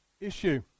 Issue